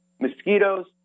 Mosquitoes